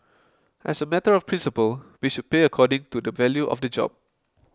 as a matter of principle we should pay according to the value of the job